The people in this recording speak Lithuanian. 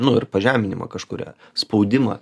nu ir pažeminimą kažkurią spaudimą